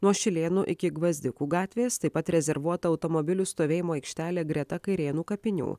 nuo šilėnų iki gvazdikų gatvės taip pat rezervuota automobilių stovėjimo aikštelė greta kairėnų kapinių